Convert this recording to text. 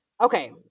Okay